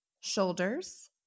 shoulders